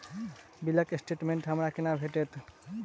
बिलक स्टेटमेंट हमरा केना भेटत?